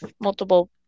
multiple